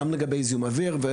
גם לגבי זיהום אוויר.